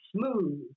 smooth